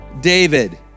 David